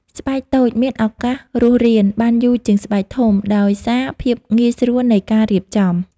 ស្បែកតូចមាន ឱកាសរស់រាន បានយូរជាងស្បែកធំ ដោយសារភាពងាយស្រួលនៃការរៀបចំ។